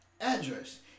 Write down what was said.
address